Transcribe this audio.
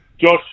Josh